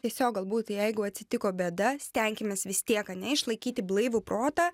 tiesiog galbūt jeigu atsitiko bėda stenkimės vis tiek ane išlaikyti blaivų protą